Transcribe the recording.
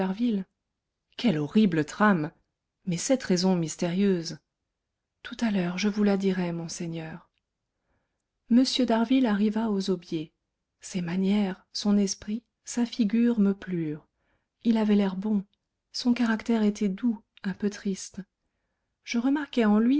quelle horrible trame mais cette raison mystérieuse tout à l'heure je vous la dirai monseigneur m d'harville arriva aux aubiers ses manières son esprit sa figure me plurent il avait l'air bon son caractère était doux un peu triste je remarquai